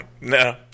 No